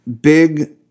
big